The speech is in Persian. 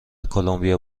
کلمبیا